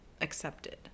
accepted